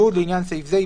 (י)לעניין סעיף זה,